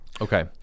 Okay